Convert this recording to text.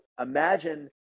imagine